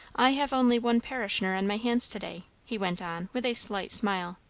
i have only one parishioner on my hands to-day, he went on with a slight smile,